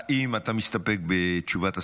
האם אתה מסתפק בתשובת השר?